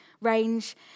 range